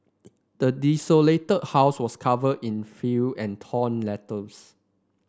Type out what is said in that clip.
the desolated house was covered in filth and torn letters